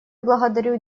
благодарю